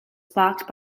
sparked